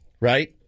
right